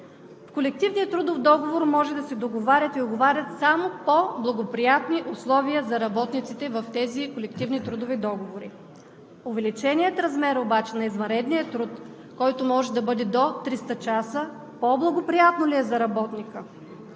В колективния трудов договор може да се договорят и уговарят само по-благоприятни условия за работниците в тези договори. Увеличеният размер обаче на извънредния труд, който може да бъде до 300 часа, по-благоприятен ли е за работника?